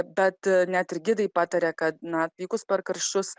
bet net ir gidai pataria kad na atvykus per karščius